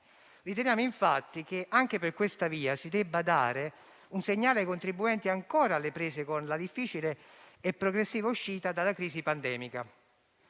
Riteniamo infatti che anche per questa via si debba dare un segnale ai contribuenti ancora alle prese con la difficile e progressiva uscita dalla crisi pandemica.